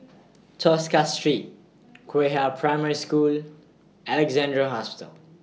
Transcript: Tosca Street Qihua Primary School Alexandra Hospital